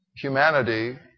Humanity